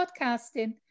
podcasting